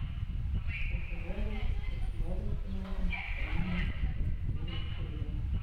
pasirodė jog šlovę špinatams pelnė korektūros klaida